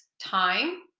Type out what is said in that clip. time